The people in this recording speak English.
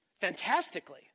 fantastically